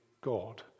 God